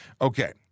Okay